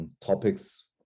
topics